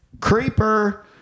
Creeper